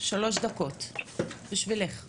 שלוש דקות בשבילך.